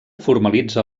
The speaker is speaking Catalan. formalitza